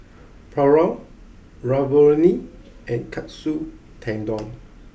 Pulao Ravioli and Katsu Tendon